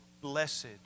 blessed